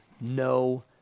no